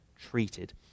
treated